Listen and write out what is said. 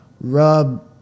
rub